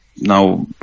Now